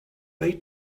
they